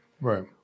Right